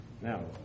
Now